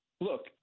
Look